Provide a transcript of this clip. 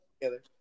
together